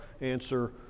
answer